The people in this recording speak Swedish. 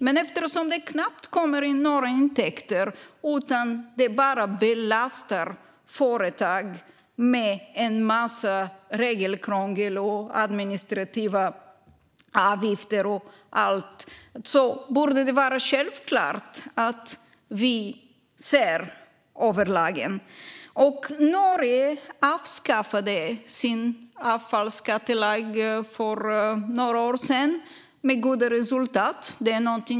Men eftersom det knappt kommer in några intäkter utan detta bara belastar företag med en massa regelkrångel, administrativa avgifter och så vidare borde det vara självklart att vi ser över lagen. Norge avskaffade med goda resultat sin avfallsskattelag för några år sedan.